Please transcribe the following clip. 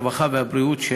הרווחה והבריאות,